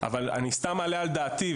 אני סתם מעלה על דעתי,